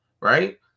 right